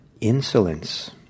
insolence